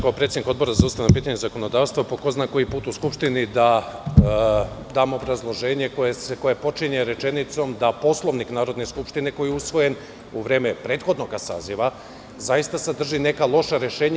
Kao predsednik Odbora za ustavna pitanja i zakonodavstvo ću po ko zna koji put u Skupštini da dam obrazloženje koje počinje rečenicom da Poslovnik Narodne skupštine, koji je usvojen u vreme prethodnog saziva, zaista sadrži neka loša rešenja.